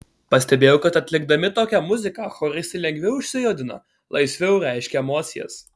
pastebėjau kad atlikdami tokią muziką choristai lengviau išsijudina laisviau reiškia emocijas